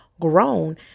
grown